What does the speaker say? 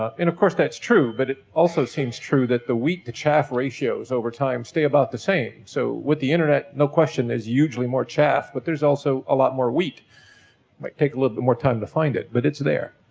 ah of course that's true, but it also seems true that the wheat to chaff ratios over time stay about the same. so with the internet, no question, there's hugely more chaff, but there's also a lot more wheat. it might take a little bit more time to find it, but it's there.